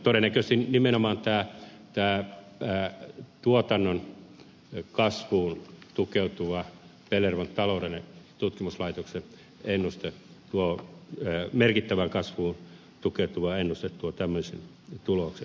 todennäköisesti nimenomaan tämä tuotannon kasvuun tukeutuva pellervon taloudellisen tutkimuslaitoksen ennuste merkittävään kasvuun tukeutuva ennuste tuo tämmöisen tuloksen